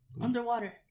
Underwater